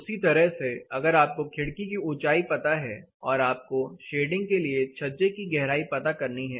उसी तरह से अगर आपको खिड़की की ऊंचाई पता है और आप को शेडिंग के लिए छज्जे की गहराई पता करनी है